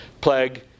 plague